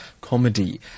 comedy